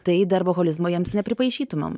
tai darboholizmo jiems nepripaišytumėm